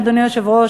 אדוני היושב-ראש,